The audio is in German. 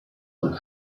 und